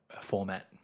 format